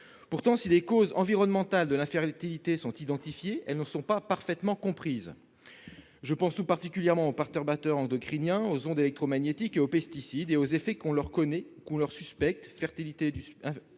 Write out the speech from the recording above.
Pourtant, si les causes environnementales de l'infertilité sont identifiées, elles ne sont pas parfaitement comprises. Je pense tout particulièrement aux perturbateurs endocriniens, aux ondes électromagnétiques et aux pesticides, toutes choses dont on connaît ou suspecte les effets